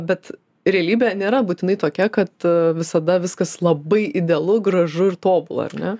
bet realybė nėra būtinai tokia kad visada viskas labai idealu gražu ir tobula ar ne